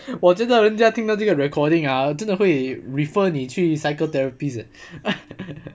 我觉得人家听到这个 recording ah 真的会 refer 你去 psychotherapists eh